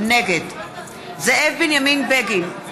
נגד זאב בנימין בגין,